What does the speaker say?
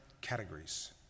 categories